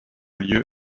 lieu